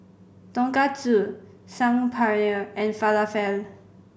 Tonkatsu Saag Paneer and Falafel